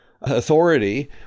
Authority